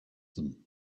them